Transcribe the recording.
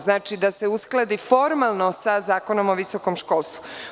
Znači, da se uskladi formalno sa Zakonom o visokom školstvu.